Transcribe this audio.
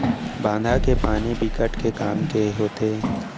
बांधा के पानी बिकट के काम के होथे